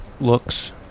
looks